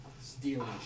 Stealing